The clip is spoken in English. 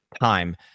time